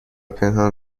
پنهان